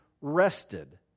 rested